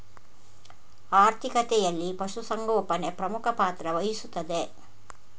ಆರ್ಥಿಕತೆಯಲ್ಲಿ ಪಶು ಸಂಗೋಪನೆ ಪ್ರಮುಖ ಪಾತ್ರ ವಹಿಸುತ್ತದೆ